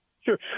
sure